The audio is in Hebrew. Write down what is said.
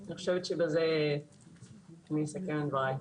אני חושבת שבזה אני אסכם את דבריי.